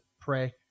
pray